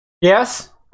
Yes